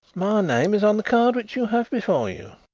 my name is on the card which you have before you.